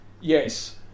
Yes